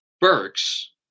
Burks